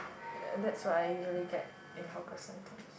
uh that's what I usually get in hawker centres